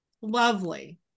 Lovely